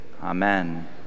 amen